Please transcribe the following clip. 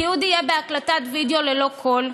התיעוד יהיה בהקלטת וידיאו ללא קול,